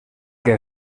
que